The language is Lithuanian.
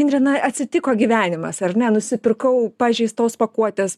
indre na atsitiko gyvenimas ar ne nusipirkau pažeistos pakuotės